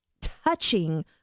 touching